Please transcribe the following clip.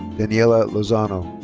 daniela lozano.